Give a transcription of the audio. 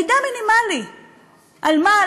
מידע מינימלי על מה,